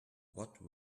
what